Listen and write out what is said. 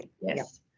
yes